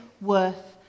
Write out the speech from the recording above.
worth